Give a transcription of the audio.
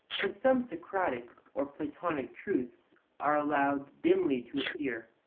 but some socratic or platonic truths are allowed dimly to appear.